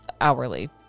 hourly